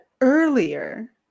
earlier